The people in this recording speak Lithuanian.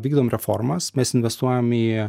vykdom reformas mes investuojam į